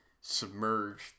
submerged